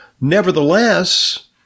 Nevertheless